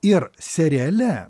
ir seriale